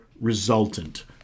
resultant